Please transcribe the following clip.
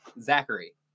Zachary